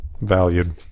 valued